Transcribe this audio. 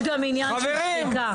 יש גם עניין של שחיקה.